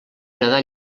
nedar